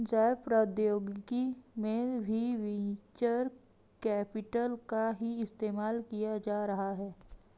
जैव प्रौद्योगिकी में भी वेंचर कैपिटल का ही इस्तेमाल किया जा रहा है